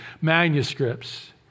Manuscripts